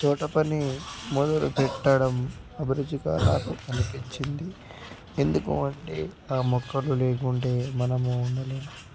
తోట పని మొదలు పెట్టడం అభిరుచిగా నాకు అనిపించింది ఎందుకంటే ఆ మొక్కలు లేకుంటే మనము ఉండలేము